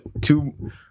Two